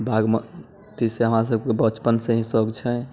बागमतीसँ हमरा सबके बचपनसँ ही शौक छै